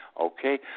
okay